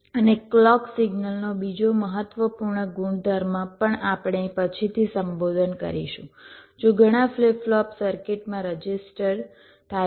અને ક્લૉક સિગ્નલનો બીજો મહત્વપૂર્ણ ગુણધર્મ પણ આપણે પછીથી સંબોધન કરીશું જો ઘણા ફ્લિપ ફ્લોપ સર્કિટમાં રજિસ્ટર થાય છે